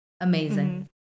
amazing